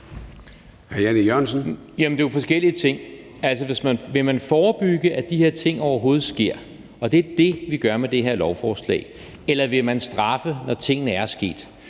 Det er jo forskellige ting. Vil man forebygge, at de her ting overhovedet sker? Det er det, vi gør med det her lovforslag. Eller vil man straffe, når tingene er sket?